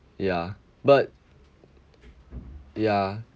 ya but ya